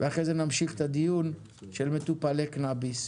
ואחרי זה נמשיך את הדיון של מטופלי קנאביס.